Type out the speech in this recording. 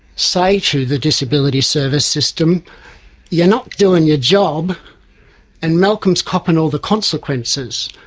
say to the disability service system you're not doing your job and malcolm is copping all the consequences.